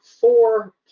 four